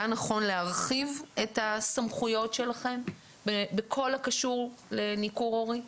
היה נכון להרחיב את הסמכויות שלכם בכל הקשור לניכור הורי?